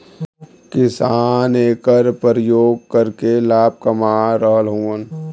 किसान एकर परियोग करके लाभ कमा रहल हउवन